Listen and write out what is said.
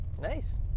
Nice